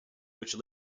which